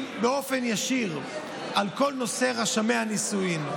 באופן ישיר לכל נושא רישומי הנישואין.